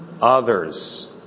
others